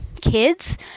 kids